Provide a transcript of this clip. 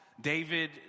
David